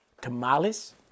tamales